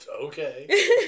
Okay